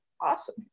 Awesome